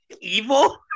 evil